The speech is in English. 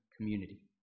community